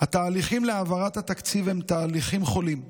התהליכים להעברת התקציב הם תהליכים חולים.